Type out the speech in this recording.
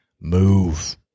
move